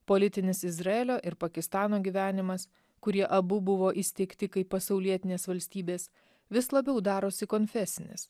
politinis izraelio ir pakistano gyvenimas kurį abu buvo įsteigti kaip pasaulietinės valstybės vis labiau darosi konfesinis